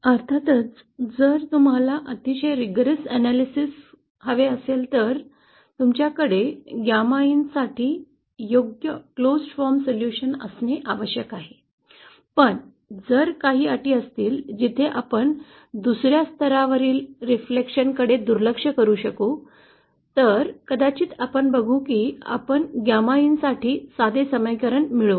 अर्थात जर तुम्हाला अतिशय कठोर विश्लेषण हवे असेल तर तुमच्य्याकडे गॅमाइनसाठी योग्य परिभाषित समीप रुपी उपाय असणे आवश्यक आहे पण जर काही अटी असतील जिथे आपण दुस या स्तरावरील प्रतिबिंबांकडे दुर्लक्ष करू शकू तर कदाचित आपण बघू की आपण गामा इन साठी साधे समीकरण मिळवू